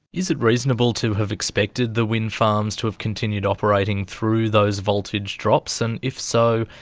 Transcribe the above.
is it reasonable to have expected the wind farms to have continued operating through those voltage drops and, if so,